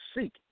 seek